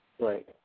Right